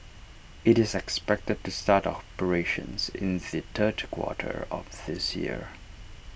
IT is expected to start operations in the third quarter of this year